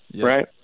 Right